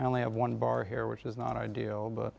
i only have one bar here which is not ideal but